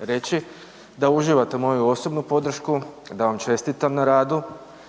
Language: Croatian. reći da uživate moju osobnu podršku, da vam čestitam na radu